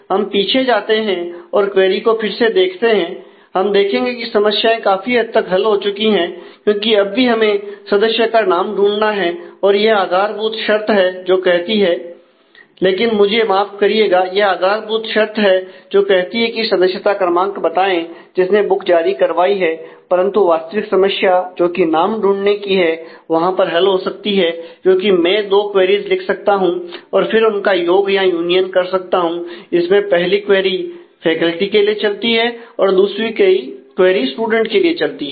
हम पिछे जाते हैं और क्वेरी को फिर से देखते हैं हम देखेंगे कि समस्याएं काफी हद तक हल हो चुकी है क्योंकि अब भी हमें सदस्य का नाम ढूंढना है और यह आधारभूत शर्त है जो कहती है लेकिन मुझे माफ करिएगा यह आधारभूत शर्त है जो कहती है कि सदस्यता क्रमांक बताएं जिसने बुक जारी करवाई है परंतु वास्तविक समस्या जोकि नाम ढूंढने की है वहां पर हल हो सकती है क्योंकि मैं दो क्वेरीज लिख सकता हूं और फिर उनका योग या यूनियन कर सकता हूं इसमें पहली क्वेरी फैकल्टी के लिए चलती है और दूसरी क्वेरी स्टूडेंट के लिए चलती है